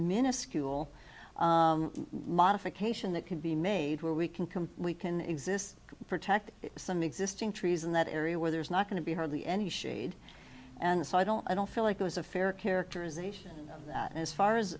minuscule modification that could be made where we can come we can exist protect some existing trees in that area where there's not going to be hardly any shade and so i don't i don't feel like there's a fair characterization of that as far as